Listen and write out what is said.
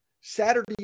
Saturday